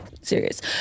serious